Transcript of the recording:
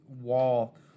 wall